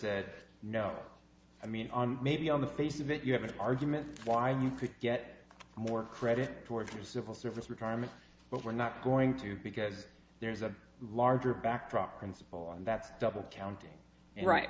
said no i mean maybe on the face of it you have an argument why you could get more credit towards the civil service retirement but we're not going to because there's a larger backdrop principle and that's double counting right